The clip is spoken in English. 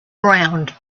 ground